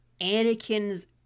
Anakin's